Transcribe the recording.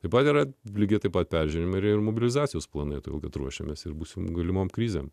taip pat yra lygiai taip pat peržiūrime ir mobilizacijos planai todėl kad ruošiamės ir būsime galimoms krizėms